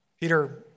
Peter